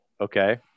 Okay